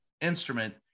instrument